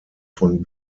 von